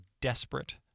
desperate